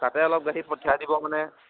তাতে অলপ গাখীৰ পঠিয়াই দিব মানে